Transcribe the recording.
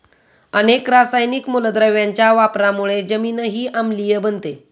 अनेक रासायनिक मूलद्रव्यांच्या वापरामुळे जमीनही आम्लीय बनते